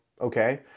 okay